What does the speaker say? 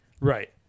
Right